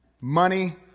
money